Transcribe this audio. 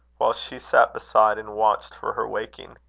while she sat beside, and watched for her waking.